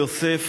ליוסף,